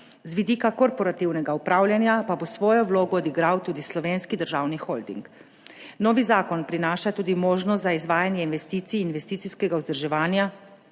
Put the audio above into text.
z vidika korporativnega upravljanja pa bo svojo vlogo odigral tudi Slovenski državni holding. Novi zakon prinaša tudi možnost za izvajanje investicij, investicijskega vzdrževanja,